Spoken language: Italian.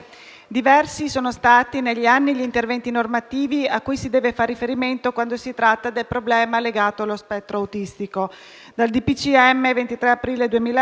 diversi sono stati negli anni gli interventi normativi cui si deve far riferimento quando si tratta il problema legato allo spettro autistico, iniziando dal